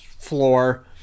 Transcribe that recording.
floor